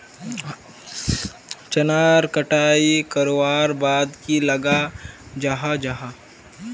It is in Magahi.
चनार कटाई करवार बाद की लगा जाहा जाहा?